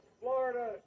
Florida